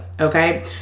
okay